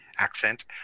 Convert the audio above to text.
accent